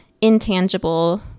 intangible